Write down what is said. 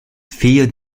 figlio